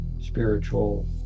spiritual